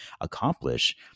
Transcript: accomplish